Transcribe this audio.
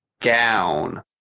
Gown